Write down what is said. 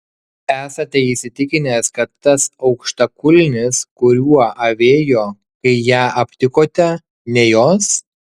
esate įsitikinęs kad tas aukštakulnis kuriuo avėjo kai ją aptikote ne jos